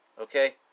okay